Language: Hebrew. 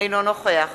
אינו נוכח